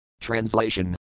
Translation